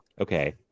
okay